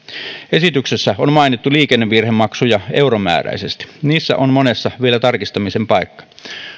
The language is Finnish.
esityksessä on mainittu liikennevirhemaksuja euromääräisesti niissä on monessa vielä tarkistamisen paikka